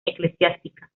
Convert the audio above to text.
eclesiástica